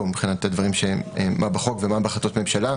מבחינת הדברים מה בחוק ומה בהחלטות ממשלה,